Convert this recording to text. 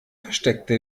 versteckte